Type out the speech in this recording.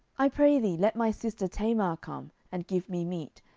i pray thee, let my sister tamar come, and give me meat,